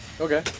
okay